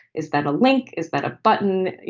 is that a link? is that a button? you